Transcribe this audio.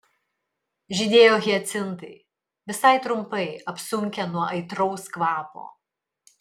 žydėjo hiacintai visai trumpai apsunkę nuo aitraus kvapo